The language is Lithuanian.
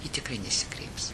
ji tikrai nesikreips